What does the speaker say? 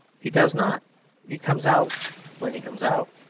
he does not he comes out when he comes out.